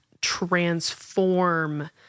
transform